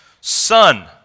son